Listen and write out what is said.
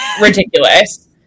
Ridiculous